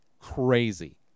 crazy